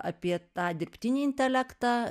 apie tą dirbtinį intelektą